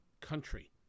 country